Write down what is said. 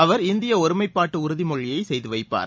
அவர் இந்திய ஒரு மைப்பாடு உறுதி மொழியைசெய்துவைப்பார்